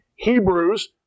Hebrews